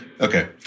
Okay